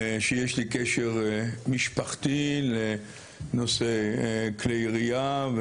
שיש לי קשר משפחתי לנושא כלי ירייה,